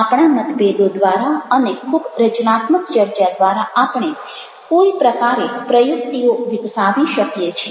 આપણા મતભેદો દ્વારા અને ખૂબ રચનાત્મક ચર્ચા દ્વારા આપણે કોઈ પ્રકારે પ્રયુક્તિઓ વિકસાવી શકીએ છીએ